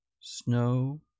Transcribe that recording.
Snow